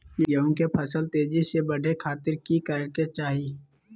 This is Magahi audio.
गेहूं के फसल तेजी से बढ़े खातिर की करके चाहि?